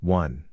one